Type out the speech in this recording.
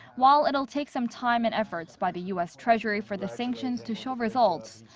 while it will take some time and efforts by the u s. treasury for the sanctions to show results,